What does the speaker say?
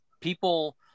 people